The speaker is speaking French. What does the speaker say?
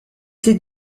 ses